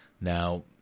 Now